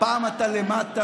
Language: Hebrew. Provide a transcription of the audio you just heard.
פעם אתה למטה,